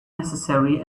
necessary